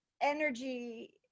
energy